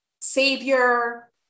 savior